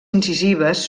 incisives